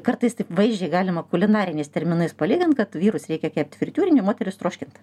kartais taip vaizdžiai galima kulinariniais terminais palygint kad vyrus reikia kept fritiūrinėj o moteris troškint